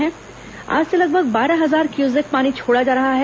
यहां से लगभग बारह हजार क्यूसेक पानी छोड़ा जा रहा है